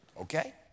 Okay